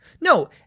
No